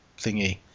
thingy